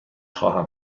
خواهم